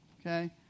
Okay